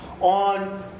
on